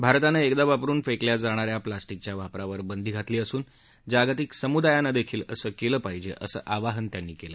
भारतानं एकदा वापरून फेकल्या जाणाऱ्या प्लॉस्टिकच्या वापरावर बंदी घातली असून जागतिक समुदायानंही असं केलं पाहिजे असं आवाहन त्यांनी केलं